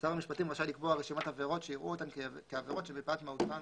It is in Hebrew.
שר המשפטים רשאי לקבוע רשימת עבירות שיראו אותן כעבירות שמפאת מהותן,